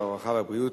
הרווחה והבריאות,